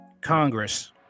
Congress